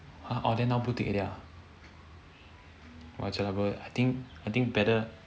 !huh! orh then now blue tick already ah !wah! jialat bro I think I think better